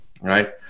right